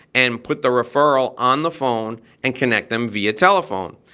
and put the referral on the phone and connect them via telephone.